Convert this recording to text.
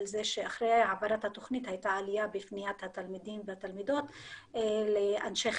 אחרי העברת התוכנית הייתה עלייה בפניית התלמידים והתלמידות לאנשי חינוך.